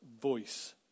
voice